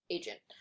agent